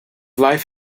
life